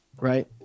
right